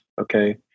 okay